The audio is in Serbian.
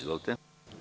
Izvolite.